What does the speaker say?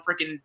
freaking